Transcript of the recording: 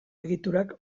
egiturak